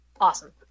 awesome